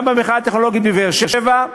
גם במכללה הטכנולוגית בבאר-שבע,